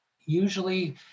usually